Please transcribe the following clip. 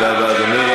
תודה רבה, אדוני.